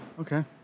Okay